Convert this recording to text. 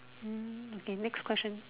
hmm okay next question